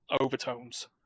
overtones